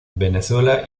venezuela